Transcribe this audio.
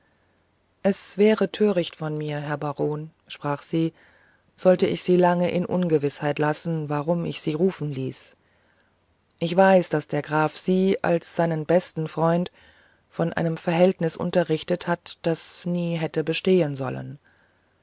es wäre töricht von mir herr baron sprach sie wollte ich sie lange in ungewißheit lassen warum ich sie rufen ließ ich weiß daß der graf sie als seinen besten freund von einem verhältnis unterrichtet hat das nie hätte bestehen sollen